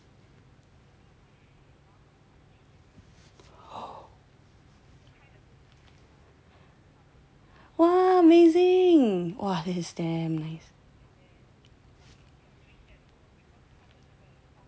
!wah! amazing !wah! that is damn nice